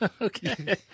Okay